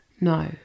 No